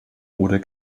oder